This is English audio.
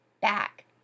back